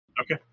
Okay